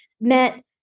met